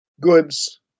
goods